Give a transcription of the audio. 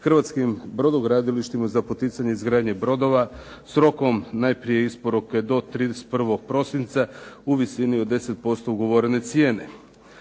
hrvatskim brodogradilištima za poticanje izgradnje brodova s rokom najprije isporuke do 31. prosinca u visini od 10% ugovorene cijene."